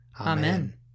Amen